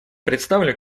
представлю